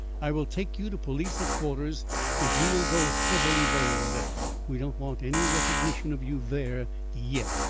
i will take you to police headquarters if you will go heavily veiled. we don't want any recognition of you there yet.